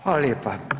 Hvala lijepa.